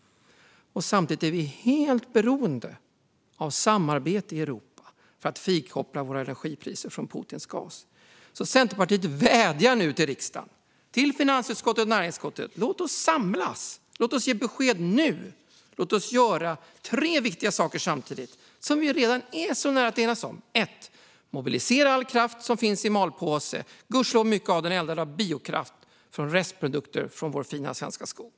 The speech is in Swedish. Samtidigt är vi helt beroende av samarbete i Europa för att frikoppla våra energipriser från Putins gas. Centerpartiet vädjar nu till riksdagen, till finansutskottet och näringsutskottet: Låt oss samlas, låt oss ge besked nu, låt oss göra tre viktiga saker samtidigt, som vi redan är så nära att enas om. För det första: Mobilisera all kraft som finns i malpåse. Gudskelov är mycket biokraft från restprodukter av vår fina, svenska skog.